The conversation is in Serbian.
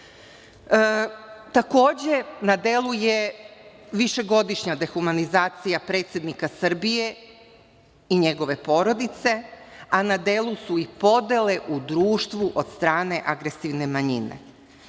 nemoći. Takođe, na delu je višegodišnja dehumanizacija predsednika Srbije i njegove porodice, a na delu su i podele u društvu od strane agresivne manjine.